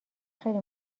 خیلی